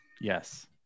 Yes